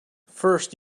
first